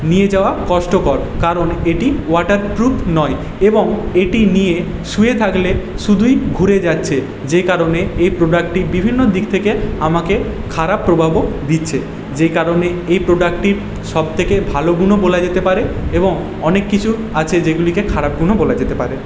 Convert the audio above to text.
নিয়ে যাওয়া কষ্টকর কারণ এটি ওয়াটারপ্রুফ নয় এবং এটি নিয়ে শুয়ে থাকলে শুধুই ঘুরে যাচ্ছে যে কারণে এই প্রোডাক্টটি বিভিন্ন দিক থেকে আমাকে খারাপ প্রভাবও দিচ্ছে যেই কারণে এই প্রোডাক্টটির সবথেকে ভালো গুণও বলা যেতে পারে এবং অনেক কিছু আছে যেগুলিকে খারাপ গুণও বলা যেতে পারে